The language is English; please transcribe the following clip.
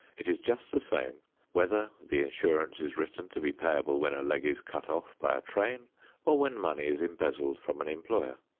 it is just the same whether the insurance is written to be payable when a leg is cut off by a train or when money is embezzled from an employer.